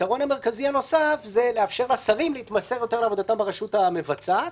היתרון המרכזי הנוסף זה לאפשר לשרים להתמסר לעבודתם ברשות המבצעת.